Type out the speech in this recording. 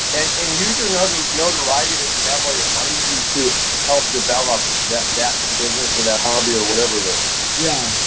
and and use your note or notoriety that you have while you're fighting to to to help develop that that business or that hobby or whatever it is. yeah,